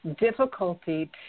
difficulty